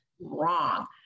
wrong